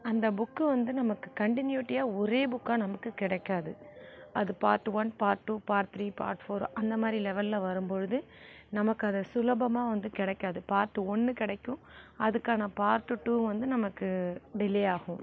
அந்த புக்கு வந்து நமக்கு கன்டின்யூட்டியாக ஒரே புக்காக நமக்குக் கிடைக்காது அது part one part two part three part four அந்த மாரி லெவலில் வரும்பொழுது நமக்கு அதை சுலபமாக வந்து கிடைக்காது பார்ட்டு ஒன்று கிடைக்கும் அதற்கான பார்ட்டு டூ வந்து நமக்கு டிலே ஆகும்